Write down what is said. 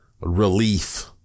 relief